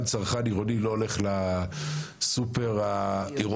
גם צרכן עירוני לא הולך לסופר העירוני